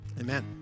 amen